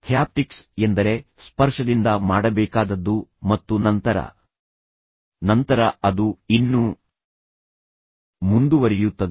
haptics ಎಂದರೆ ಸ್ಪರ್ಶದಿಂದ ಮಾಡಬೇಕಾದದ್ದು ಮತ್ತು ನಂತರ ನಂತರ ಅದು ಇನ್ನೂ ಮುಂದುವರಿಯುತ್ತದೆ